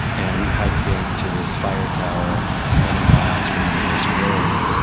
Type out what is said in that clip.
and we hiked in to this fire tower many miles from the nearest road.